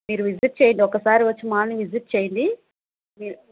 మీరు విజిట్ చేయండి ఒక్కసారి వచ్చి మాల్ని విజిట్ చేయండి మీరు